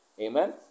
Amen